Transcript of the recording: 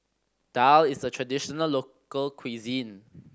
daal is a traditional local cuisine